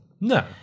No